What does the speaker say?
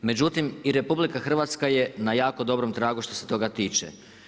Međutim i RH je i na jako dobrom tragu što se toga tiče.